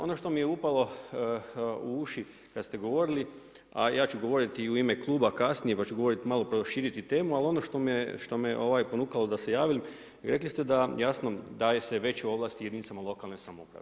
Ono što mi je upalo u uši kada ste govorili a ja ću govoriti i u ime kluba kasnije, pa ću govoriti, malo proširiti temu, ali ono što me ponukalo da se javim, rekli ste da, jasno, daju se veće ovlasti jedinicama lokalne samouprave.